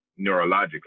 neurologically